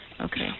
Okay